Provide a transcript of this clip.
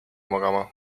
magama